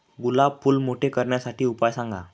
गुलाब फूल मोठे करण्यासाठी उपाय सांगा?